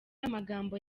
amagambo